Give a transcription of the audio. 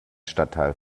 stadtteil